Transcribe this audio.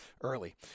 early